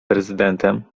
prezydentem